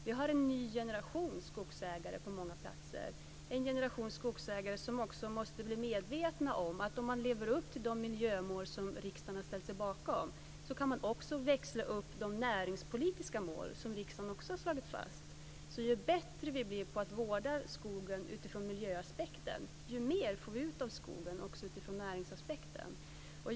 Vi har en ny generation skogsägare på många platser, en generation skogsägare som måste bli medveten om att om man lever upp till de miljömål som riksdagen har ställt sig bakom kan man också växla upp de näringspolitiska mål som riksdagen har slagit fast. Ju bättre vi blir på att vårda skogen utifrån miljöaspekten, desto mer får vi ut av skogen också utifrån näringsaspekten.